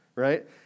right